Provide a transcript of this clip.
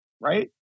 right